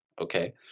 Okay